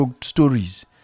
stories